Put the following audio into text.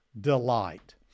delight